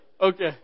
Okay